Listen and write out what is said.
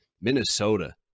Minnesota